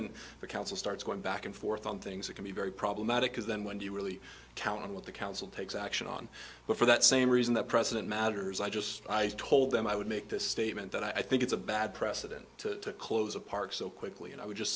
and the council starts going back and forth on things that can be very problematic because then when you really count on what the council takes action on but for that same reason the president matters i just told them i would make this statement that i think it's a bad precedent to close a park so quickly and i would just